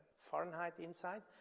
fahrenheit inside.